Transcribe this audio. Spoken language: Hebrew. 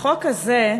החוק הזה,